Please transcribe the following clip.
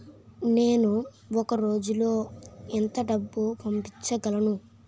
నేను ఒక రోజులో ఎంత డబ్బు పంపించగలను?